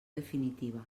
definitiva